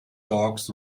dogs